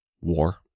War